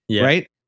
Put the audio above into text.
right